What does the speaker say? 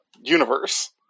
universe